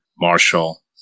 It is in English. Marshall